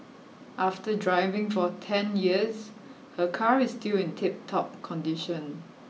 after driving for ten years her car is still in tip top condition